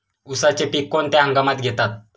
उसाचे पीक कोणत्या हंगामात घेतात?